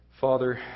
Father